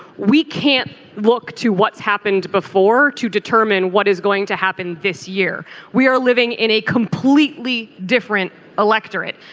we can't look to what's happened before to determine what is going to happen this year we are living in a completely different electorate.